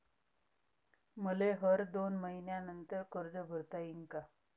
मले हर दोन मयीन्यानंतर कर्ज भरता येईन का?